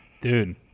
Dude